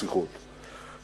לשיחות,